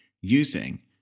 using